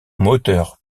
moteur